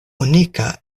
unika